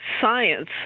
science